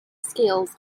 scales